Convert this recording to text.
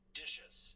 dishes